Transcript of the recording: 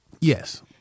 Yes